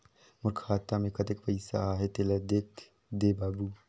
मोर खाता मे कतेक पइसा आहाय तेला देख दे बाबु?